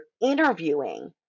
interviewing